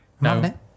No